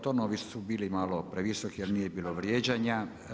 Tonovi su bili malo previsoki jer nije bilo vrijeđanja.